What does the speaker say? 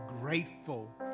grateful